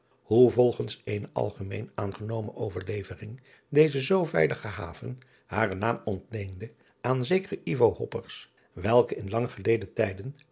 hoe volgens eene algemeen aangenomen overlevering deze zoo veilige haven haren naam ontleende van zekeren welke in lang geleden tijden